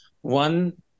One